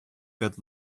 good